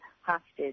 hostage